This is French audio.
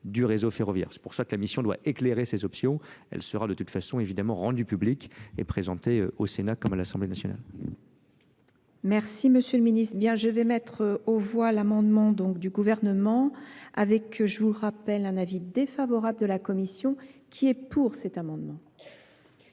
durée ferroviaire c'est pour cela que la mission doit éclairer ces options. Elle sera de toute façon évidemment rendue publique et présentée au Sénat comme à l'assemblée nationale. M. le Ministre, je vais mettre aux voix l'amendement du gouvernement avec je vous rappelle un avis défavorable de la commission qui est pour cet amendement